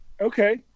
Okay